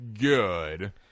good